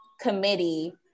committee